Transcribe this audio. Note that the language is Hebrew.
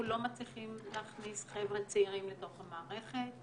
אנחנו לא מצליחים להכניס חבר'ה צעירים לתוך המערכת.